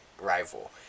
rival